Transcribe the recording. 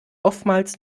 oftmals